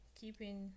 keeping